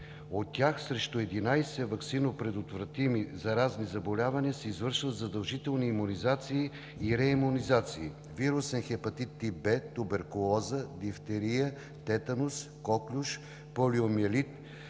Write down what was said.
От тях срещу 11 ваксинопредотвратими заразни заболявания се извършват задължителни имунизации и реимунизации: вирусен хепатит тип Б, туберкулоза, дифтерия, тетанус, коклюш, полиомиелит,